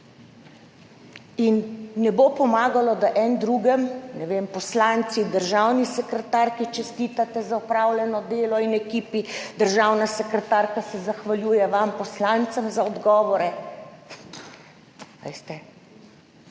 In ne bo pomagalo, da en drugemu, ne vem, poslanci državni sekretarki čestitate za opravljeno delo in ekipi, državna sekretarka se zahvaljuje vam poslancem za odgovore. Veste,